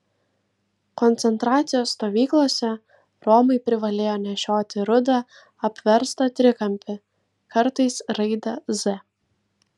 koncentracijos stovyklose romai privalėjo nešioti rudą apverstą trikampį kartais raidę z